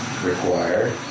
Required